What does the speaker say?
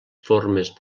formes